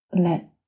Let